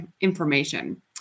information